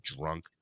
drunk